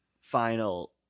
final